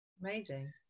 amazing